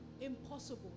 impossible